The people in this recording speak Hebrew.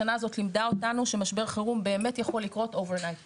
השנה הזאת לימדה אותנו שמשבר חירום באמת יכול לקרות over night,